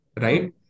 right